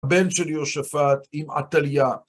בן של יהושפט עם עטליה.